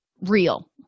real